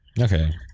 okay